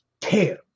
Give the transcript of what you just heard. care